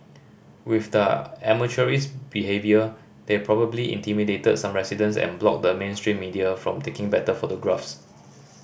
with their amateurish behaviour they probably intimidated some residents and blocked the mainstream media from taking better photographs